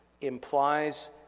implies